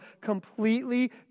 completely